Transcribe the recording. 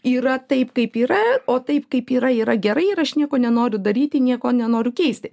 yra taip kaip yra o taip kaip yra yra gerai ir aš nieko nenoriu daryti nieko nenoriu keisti